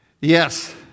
yes